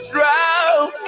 Drown